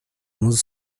onze